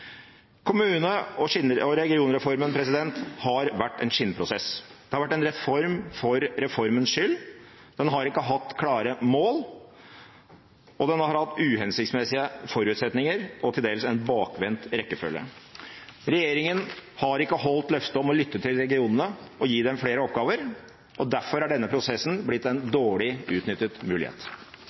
Kommune- og regionreformen har vært en skinnprosess. Det har vært en reform for reformens skyld. Den har ikke hatt klare mål, og den har hatt uhensiktsmessige forutsetninger og til dels en bakvendt rekkefølge. Regjeringen har ikke holdt løftet om å lytte til regionene og gi dem flere oppgaver, og derfor er denne prosessen blitt en dårlig utnyttet mulighet.